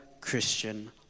Christian